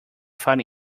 find